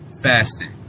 fasting